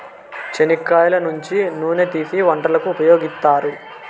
చెనిక్కాయల నుంచి నూనెను తీసీ వంటలకు ఉపయోగిత్తారు